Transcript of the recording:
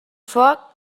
foc